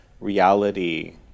reality